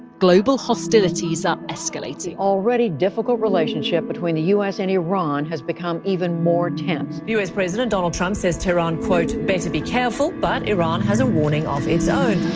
global hostilities are escalating already difficult relationship between the u s. and iran has become even more tense u s. president donald trump says tehran, quote, better be careful. but iran has a warning of its own